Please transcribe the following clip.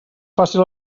fàcil